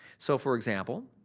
so, for example,